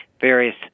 various